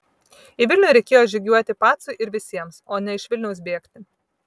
į vilnių reikėjo žygiuoti pacui ir visiems o ne iš vilniaus bėgti